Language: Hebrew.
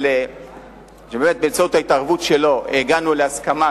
ובאמת באמצעות ההתערבות שלו הגענו להסכמה,